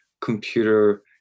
computer